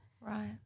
Right